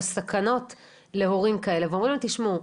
הסכנות להורים כאלה ואומרים להם 'תשמעו,